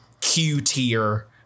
Q-tier